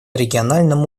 региональном